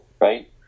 right